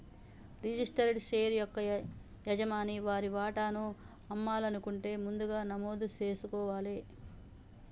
registered share యొక్క యజమాని వారి వాటాను అమ్మాలనుకుంటే ముందుగా నమోదు జేసుకోవాలే